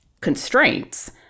constraints